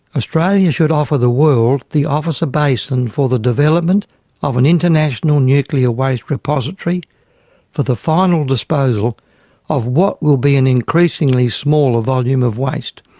australia should offer the world the officer basin for the development of an international nuclear waste repository for the final disposal of what will be an increasingly smaller volume of waste.